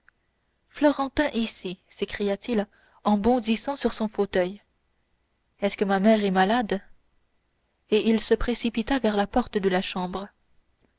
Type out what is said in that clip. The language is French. florentin ici s'écria-t-il en bondissant sur son fauteuil est-ce que ma mère est malade et il se précipita vers la porte de la chambre